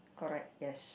correct yes